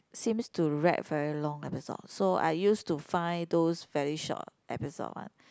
seems to drag very long episode so I use to find those very short episode one